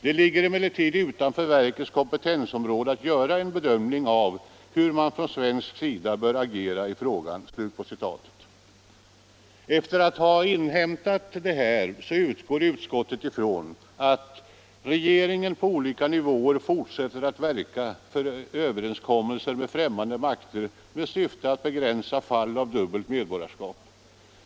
Det ligger emellertid utanför verkets kompetensområde att göra en bedömning av hur man från svensk sida bör agera i frågan.” Efter att ha inhämtat detta utgår utskottet från att ”regeringen på olika nivåer fortsätter att verka för överenskommelser med främmande makter med syfte att begränsa fall av dubbelt medborgarskap.